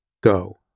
go